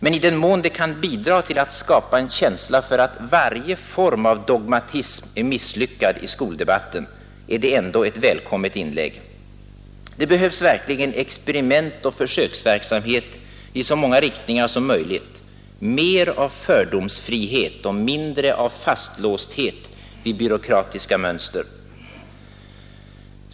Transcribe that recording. Men i den mån det kan bidraga till att skapa en känsla för att varje form av dogmatism är misslyckad i skoldebatten, är det ändå ett välkommet inlägg. Det behövs verkligen experiment och försöksverksamhet i så många riktningar som möjligt, mer av fördomsfrihet och mindre av fastlåsthet vid byråkratiska mönster.